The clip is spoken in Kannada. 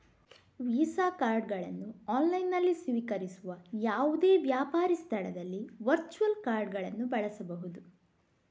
ವೀಸಾ ಕಾರ್ಡುಗಳನ್ನು ಆನ್ಲೈನಿನಲ್ಲಿ ಸ್ವೀಕರಿಸುವ ಯಾವುದೇ ವ್ಯಾಪಾರಿ ಸ್ಥಳದಲ್ಲಿ ವರ್ಚುವಲ್ ಕಾರ್ಡುಗಳನ್ನು ಬಳಸಬಹುದು